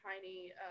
tiny